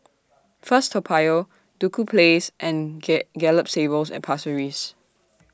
First Toa Payoh Duku Place and Gay Gallop Stables At Pasir Ris